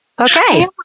okay